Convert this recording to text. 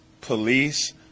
police